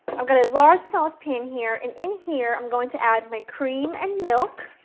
i've got a large sauce pan here, and in here i'm going to add my cream and milk,